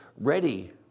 ready